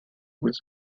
was